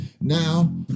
Now